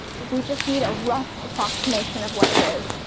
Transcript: we just need a rough approximation of what it is.